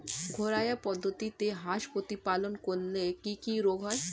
ঘরোয়া পদ্ধতিতে হাঁস প্রতিপালন করলে কি কি রোগ হয়?